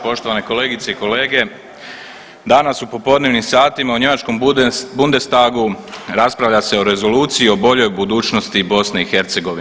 Poštovane kolegice i kolege, danas u popodnevnim satima u njemačkom Bundestagu raspravlja se o Rezoluciji o boljoj budućnosti BiH.